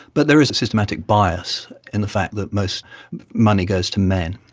but there is systematic bias in the fact that most money goes to men.